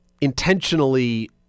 intentionally